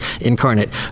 incarnate